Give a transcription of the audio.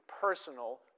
personal